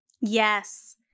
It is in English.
Yes